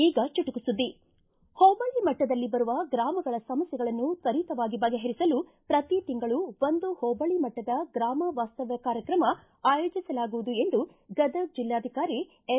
ಈಗ ಚುಟುಕು ಸುದ್ದಿ ಹೋಬಳಿ ಮಟ್ಟದಲ್ಲಿ ಬರುವ ಗ್ರಾಮಗಳ ಸಮಸ್ಥೆಗಳನ್ನು ತ್ವರಿತವಾಗಿ ಬಗೆ ಹರಿಸಲು ಪ್ರತಿ ತಿಂಗಳು ಒಂದು ಹೋಬಳಿ ಮಟ್ಟದ ಗ್ರಾಮ ವಾಸ್ತವ್ದ ಕಾರ್ಯಕ್ರಮ ಆಯೋಜಿಸಲಾಗುವುದು ಎಂದು ಗದಗ ಜಿಲ್ಲಾಧಿಕಾರಿ ಎಂ